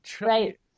Right